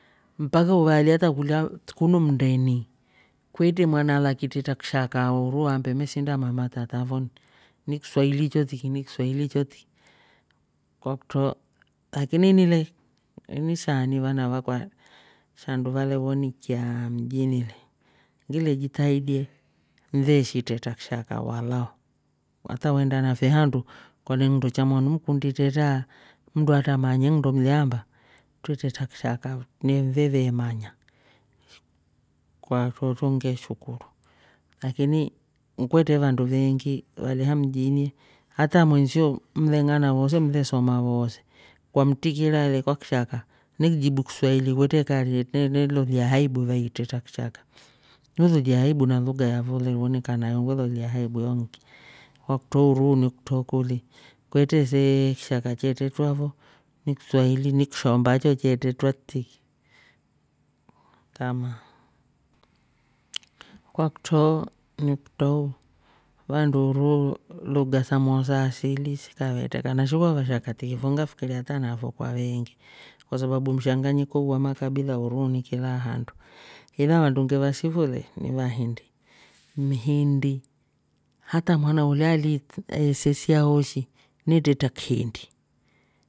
Mpaka uvaali hatra kulya kunu mndeni kwetre mwana alakiitretra kishaka uruuu aambe umesinda mama aau tatafo ndi ni kiswahili cho tiki. nikiswahili cho tiki kwakutroo lakini ni le inishaani le vana vakwa shandu vale vonikiaaa mjini le ngile jitahidi he nveeshi itretra kishaka walau hata weenda afe handu kolya ni nndo cha mwanu mkundi itretra mndu atramanye nndo mliyaamba twe treta kishaka nveve manya. kwa trotroo ngeshukuru lakini kwetre vandu veengi vali ha mjini hatra mwensio mleng'ana woose mlesoma woose kwamtikira le kwakishaka nekujibu kiswahili kwetre kaari i- ine- ne lolya haibu vai itretra kishaka. ne lolya haibu na lugha yafo lewonika nayo welolya haibu yonki. kwakutro uruhuu ni kutro kuli kwetre see kishaka che twetra fo ni kiswahili ni kishomba cho che tretwa tiki ngamaa. Kwakutro ni kutro vandu uruhu lugha samwao sa asili sikavetreka shi kwa vashaka tiki fo ngafikiri hata naafo kwa veengi kwa sababu mshanganyiko wo wamakabila uruu ni kila handu ila vandu ngeva sifu le ni vahindi mhindi hata mwana ulya ali- esesia oh shi netretra kihindi